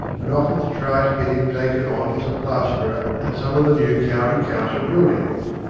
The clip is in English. and offered to try to get him taken on as a plasterer at some of the new county council buildings.